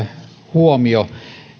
huomio